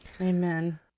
Amen